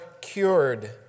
cured